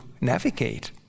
navigate